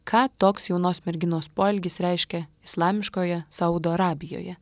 ką toks jaunos merginos poelgis reiškia islamiškoje saudo arabijoje